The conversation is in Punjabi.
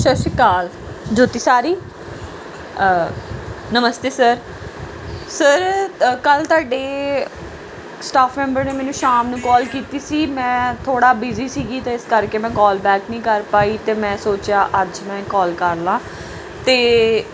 ਸਤਿ ਸ਼੍ਰੀ ਅਕਾਲ ਜੋਤੀ ਸਾਰੀ ਨਮਸਤੇ ਸਰ ਸਰ ਅ ਕੱਲ੍ਹ ਤੁਹਾਡੇ ਸਟਾਫ ਮੈਂਬਰ ਨੇ ਮੈਨੂੰ ਸ਼ਾਮ ਨੂੰ ਕੌਲ ਕੀਤੀ ਸੀ ਮੈਂ ਥੋੜ੍ਹਾ ਬਿਜ਼ੀ ਸੀਗੀ ਅਤੇ ਇਸ ਕਰਕੇ ਮੈਂ ਕੌਲ ਬੈਕ ਨਹੀਂ ਕਰ ਪਾਈ ਅਤੇ ਮੈਂ ਸੋਚਿਆ ਅੱਜ ਮੈਂ ਕੌਲ ਕਰ ਲਵਾਂ ਅਤੇ